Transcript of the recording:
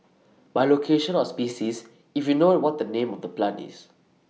by location or species if you know what the name of the plant is